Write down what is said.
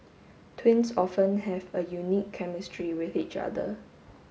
twins often have a unique chemistry with each other